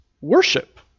worship